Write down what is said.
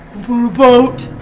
boat.